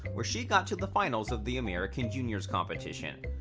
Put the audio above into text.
where she got to the finals of the american juniors competition.